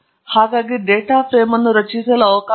ಹಾಗಾಗಿ data frame ಅನ್ನು ರಚಿಸಲು ಅವಕಾಶವಿದೆ